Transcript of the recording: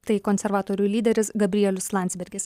tai konservatorių lyderis gabrielius landsbergis